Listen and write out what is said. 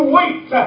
wait